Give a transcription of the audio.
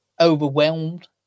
overwhelmed